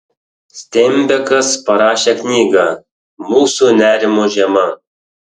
steinbekas parašė knygą mūsų nerimo žiema